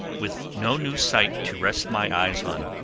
with no new sight to rest my eyes on,